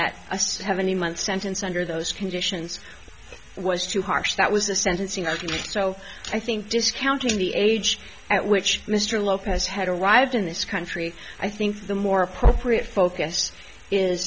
that a seventy month sentence under those conditions was too harsh that was the sentencing of us so i think discounting the age at which mr lopez had arrived in this country i think the more appropriate focus is